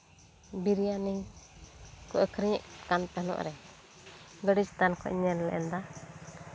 ᱵᱤᱨᱭᱟᱱᱤ ᱠᱚ ᱟᱹᱠᱷᱨᱤᱧᱮᱜ ᱠᱟᱱ ᱛᱟᱦᱮᱸᱜ ᱨᱮ ᱜᱟᱹᱰᱤ ᱪᱮᱛᱟᱱ ᱠᱷᱚᱱᱤᱧ ᱧᱮᱞ ᱞᱮᱫᱟ